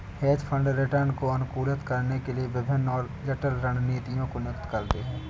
hedge fund return को अनुकूलित करने के लिए विभिन्न और जटिल रणनीतियों को नियुक्त करते हैं